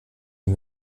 ihn